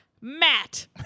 Matt